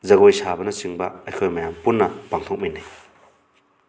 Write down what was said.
ꯖꯒꯣꯏ ꯁꯥꯕꯅ ꯆꯤꯡꯕ ꯑꯩꯈꯣꯏ ꯃꯌꯥꯝ ꯄꯨꯟꯅ ꯄꯥꯡꯊꯣꯛꯃꯤꯟꯅꯩ